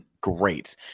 Great